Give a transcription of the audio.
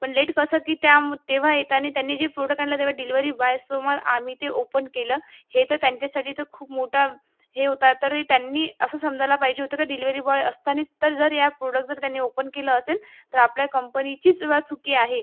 पण लेट कसं की त्या तेव्हा येताना त्याने जे प्रोडक् आणलं तेव्हा डिलिवरी बायसमोर आम्ही ते ओपन केलं हे तर त्यांच्यासाठी तर खूप मोठा हे होता तरी त्यांनी असं समजायला पाहिजे होतं का डिलिवरी बॉय असतानाच तर जर या प्रोडक् जर त्यांनी ओपन केलं असेल तर आपल्या कंपनीचीच बा चूक आहे